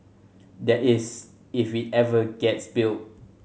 that is if it ever gets built